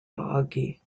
boggy